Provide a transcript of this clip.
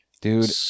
Dude